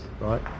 Right